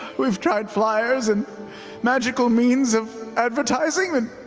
we've tried flyers and magical means of advertising and